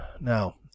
now